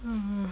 um